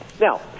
Now